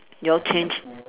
you all change